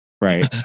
right